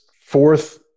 fourth